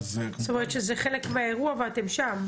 זאת אומרת שזה חלק מהאירוע ואתם שם.